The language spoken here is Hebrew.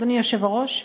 אדוני היושב-ראש,